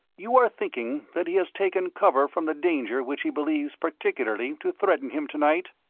you are thinking that he has taken cover from the danger which he believes particularly to threaten him to-night?